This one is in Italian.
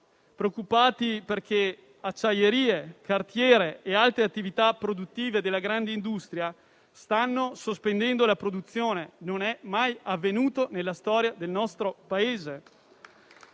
preoccupati perché acciaierie, cartiere e altre attività produttive della grande industria stanno sospendendo la produzione: non è mai avvenuto nella storia del nostro Paese.